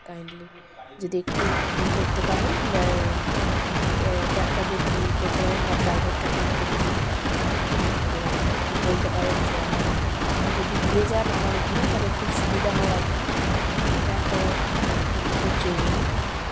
kindly যদি একটু ই করতে পারেন ক্যাবটাকে একটু ই করতে পারেন বা ড্রাইভারটাকে একটু যদি মানে বলতে পারেন যে আমার উনি যদি দিয়ে যান আমার এখানে তাহলে খুব সুবিধা হয় আর কি হঁ ব্যাকটা আমার জন্য খুব জরুরি